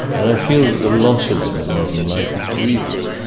and i feel the loss of them in modern life is grievous